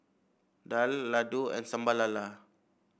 daal laddu and Sambal Lala